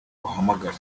uhamagara